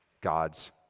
God's